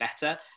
better